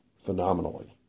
phenomenally